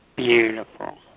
Beautiful